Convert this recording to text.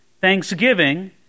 thanksgiving